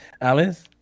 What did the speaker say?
Alice